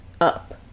up